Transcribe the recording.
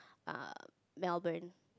err Melbourne